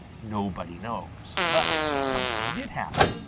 nobody knows. but something did happen.